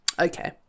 Okay